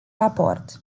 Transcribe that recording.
raport